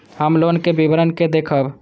हम लोन के विवरण के देखब?